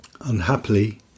unhappily